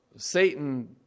Satan